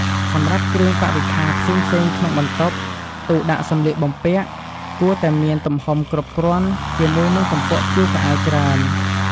សម្រាប់គ្រឿងបរិក្ខារផ្សេងៗក្នុងបន្ទប់ ទូដាក់សំលៀកបំពាក់ គួរតែមានទំហំគ្រប់គ្រាន់ ជាមួយនឹង ទំពួកព្យួរខោអាវច្រើន។